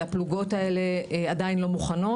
הפלוגות האלה עדיין לא מוכנות.